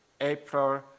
April